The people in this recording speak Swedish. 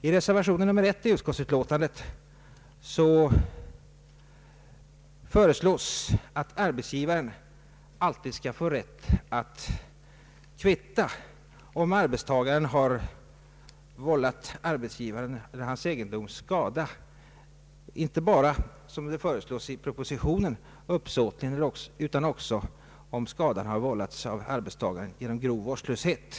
I reservation 1 till utskottets utlåtande föreslås att arbetsgivaren alltid skall få rätt att kvitta, om arbetstagaren har vållat arbetsgivaren eller hans egendom skada, men inte bara när det skett uppsåtligen, vilket föreslås i propositionen, utan också om skadan har vållats av arbetstagaren genom grov vårdslöshet.